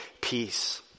peace